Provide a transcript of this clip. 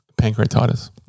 pancreatitis